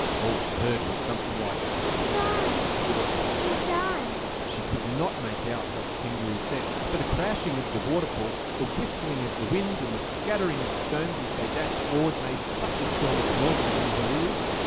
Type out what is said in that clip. all she heard was something like try, or we'll die. she could not make out what the kangaroo said, for the crashing of the waterfall, the whistling of the wind, and the scattering of stones as they dashed forward, made such a storm of noises in her ears.